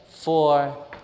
four